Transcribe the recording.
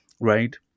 right